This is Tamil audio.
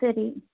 சரி